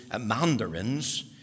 mandarins